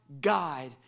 guide